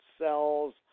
cells